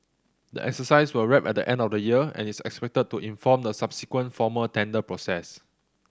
the exercise will wrap at the end of the year and is expected to inform the subsequent formal tender process